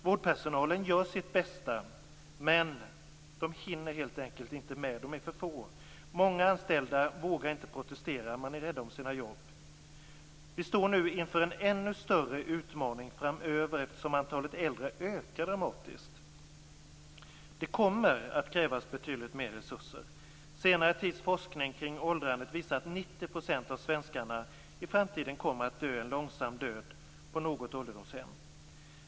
Vårdpersonalen gör sitt bästa, men den hinner helt enkelt inte med. De är för få. Många anställda vågar inte protestera. De är rädda om sina jobb. Vi står framöver inför en ännu större utmaning, eftersom antalet äldre ökar dramatiskt. Det kommer att krävas betydligt mer resurser. Senare tids forskning kring åldrandet visar att 90 % av svenskarna i framtiden kommer att dö en långsam död på något ålderdomshem.